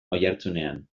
oihartzunean